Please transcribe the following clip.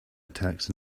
attacks